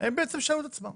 הם שאלו את עצמם